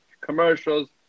commercials